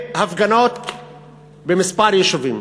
והפגנות בכמה יישובים.